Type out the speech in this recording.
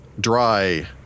dry